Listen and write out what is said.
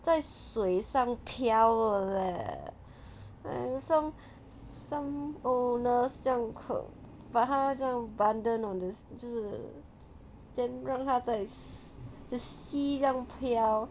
在水上漂 eh like some some owners 这样可把它这样 abandon on this 就是 then 让它在溪这样漂